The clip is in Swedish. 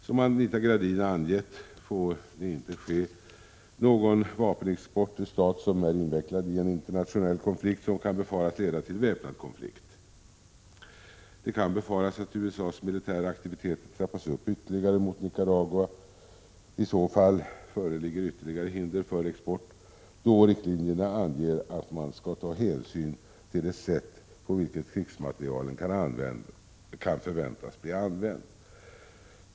Som Anita Gradin angett, får det inte ske någon vapenexport till stat som är invecklad i internationell konflikt som kan befaras leda till väpnad konflikt. Det kan befaras att USA:s militära aktiviteter trappas upp ytterligare mot Nicaragua. I så fall föreligger ytterligare hinder för export, då riktlinjerna anger att man skall ta hänsyn till det sätt på vilket krigsmaterielen kan förväntas bli använd.